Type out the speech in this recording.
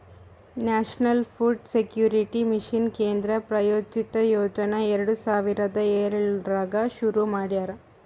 national food security mission ಕೇಂದ್ರ ಪ್ರಾಯೋಜಿತ ಯೋಜನಾ ಎರಡು ಸಾವಿರದ ಏಳರಾಗ್ ಶುರು ಮಾಡ್ಯಾರ